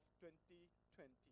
2020